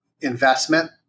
investment